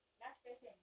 last question